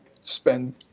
spend